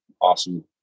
awesome